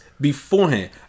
beforehand